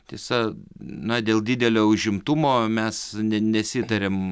tiesa na dėl didelio užimtumo mes nesitarėm